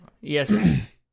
Yes